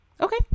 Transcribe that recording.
Okay